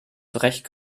zurecht